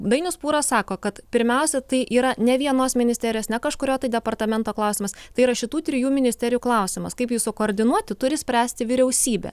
dainius pūras sako kad pirmiausia tai yra ne vienos ministerijos ne kažkurio tai departamento klausimas tai yra šitų trijų ministerijų klausimas kaip jį sukoordinuoti turi spręsti vyriausybė